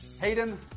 Hayden